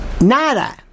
nada